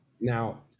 Now